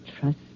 trust